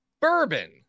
bourbon